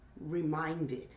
reminded